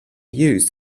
used